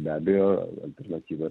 be abejo alternatyva